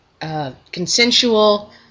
consensual